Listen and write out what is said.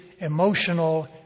emotional